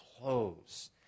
clothes